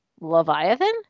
Leviathan